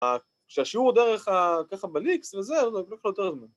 ‫כשהשיעור הוא ככה דרך הבליקס וזה, ‫זה יקבל יותר זמן.